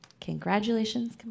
Congratulations